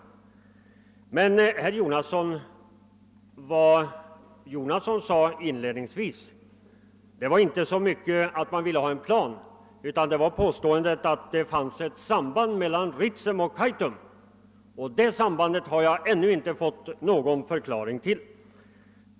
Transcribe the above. Men vad herr Jonasson inledningsvis sade var inte så mycket att han ville ha en plan, utan han kom med påståendet att det fanns ett samband mellan Ritsem och Kaitum. Det sambandet har jag ännu inte fått någon förklaring till.